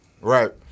Right